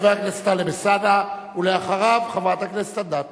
חבר הכנסת טלב אלסאנע, ואחריו, חברת הכנסת אדטו.